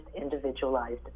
individualized